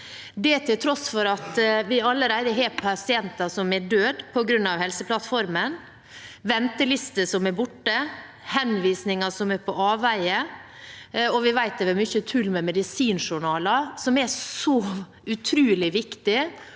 det, til tross for at vi allerede har pasienter som er døde på grunn av Helseplattformen, det er ventelister som er borte og henvisninger på avveie, og vi vet at det har vært mye tull med medisinjournaler, som er utrolig viktige